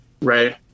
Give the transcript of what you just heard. right